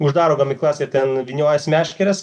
uždaro gamyklas ir ten vyniojasi meškeres